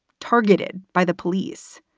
targeted by the police.